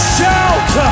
Shout